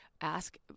ask